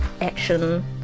action